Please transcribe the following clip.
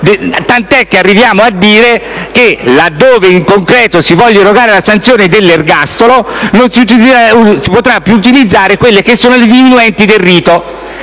tant'è che arriviamo a dire che, laddove in concreto si vuole irrogare la sanzione dell'ergastolo non si potranno più utilizzare le diminuenti del rito;